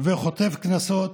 וחוטף קנסות